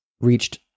reached